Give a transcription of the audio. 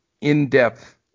in-depth